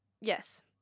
Yes